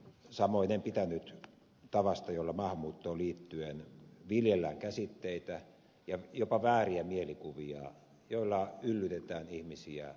samoin en pitänyt tavasta jolla maahanmuuttoon liittyen viljellään käsitteitä ja jopa vääriä mielikuvia joilla yllytetään ihmisiä ulkomaalaisvastaisuuteen